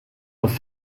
auf